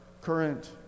current